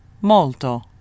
molto